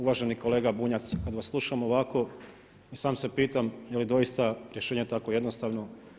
Uvaženi kolega Bunjac, kad vas slušam ovako i sam se pitam je li doista rješenje tako jednostavno.